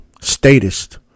statist